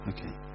Okay